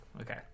Okay